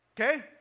okay